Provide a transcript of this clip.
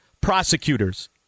prosecutors